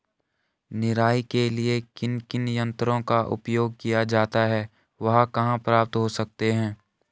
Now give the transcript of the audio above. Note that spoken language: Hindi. निराई के लिए किन किन यंत्रों का उपयोग किया जाता है वह कहाँ प्राप्त हो सकते हैं?